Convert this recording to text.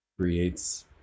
creates